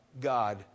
God